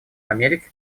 америки